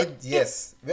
Yes